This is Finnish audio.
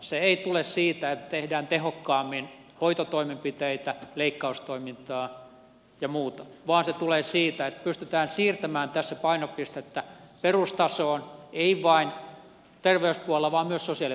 se ei tule siitä että tehdään tehokkaammin hoitotoimenpiteitä leikkaustoimintaa ja muuta vaan se tulee siitä että pystytään siirtämään tässä painopistettä perustasoon ei vain terveyspuolella vaan myös sosiaalipuolella